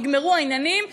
נגמרו העניינים,